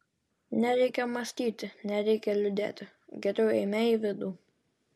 nereikia mąstyti nereikia liūdėti geriau eime į vidų